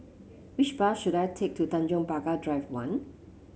which bus should I take to Tanjong Pagar Drive One